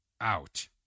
out